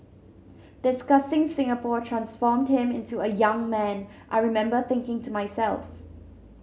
discussing Singapore transformed him into a young man I remember thinking to myself